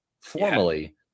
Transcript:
formally